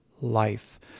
life